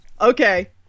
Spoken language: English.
Okay